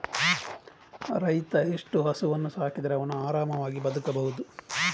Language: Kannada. ರೈತ ಎಷ್ಟು ಹಸುವನ್ನು ಸಾಕಿದರೆ ಅವನು ಆರಾಮವಾಗಿ ಬದುಕಬಹುದು?